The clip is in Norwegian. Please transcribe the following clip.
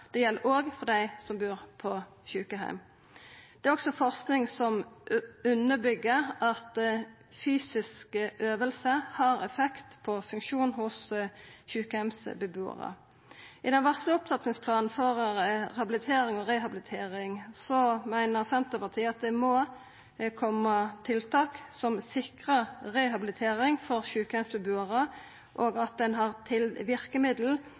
Det gjeld òg for dei som bur på sjukeheim. Det er òg forsking som underbyggjer at fysiske øvingar har effekt på funksjon hos sjukeheimsbebuarar. I den varsla opptrappingsplanen for habilitering og rehabilitering meiner Senterpartiet at det må komma tiltak som sikrar rehabilitering for sjukeheimsbebuarar, og at ein har verkemiddel som bidreg til